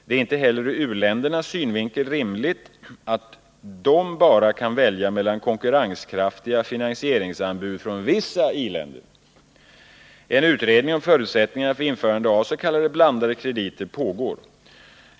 Det är inte heller ur u-ländernas synvinkel rimligt att de kan välja mellan konkurrenskraftiga finansieringsanbud bara från vissa i-länder. En utredning om förutsättningarna för införande av s.k. blandade krediter pågår.